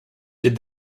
did